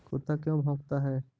कुत्ता क्यों भौंकता है?